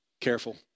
Careful